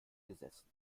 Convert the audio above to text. gesessen